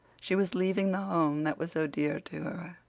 she was leaving the home that was so dear to her,